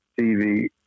TV